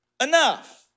enough